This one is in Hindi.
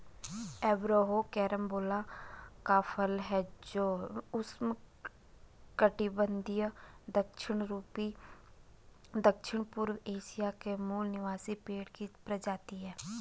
एवरोहो कैरम्बोला का फल है जो उष्णकटिबंधीय दक्षिणपूर्व एशिया के मूल निवासी पेड़ की प्रजाति है